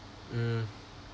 mm